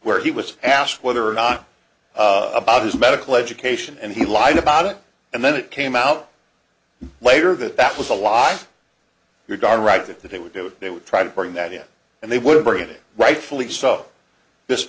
where he was asked whether or not about his medical education and he lied about it and then it came out later that that was alive you're darn right that they would do it they would try to bring that in and they would bury it rightfully so this